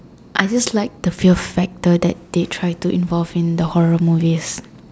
I just like the few Factor that they try to involved in the horror movies